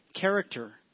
character